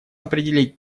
определить